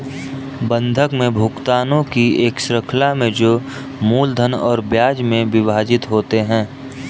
बंधक में भुगतानों की एक श्रृंखला में जो मूलधन और ब्याज में विभाजित होते है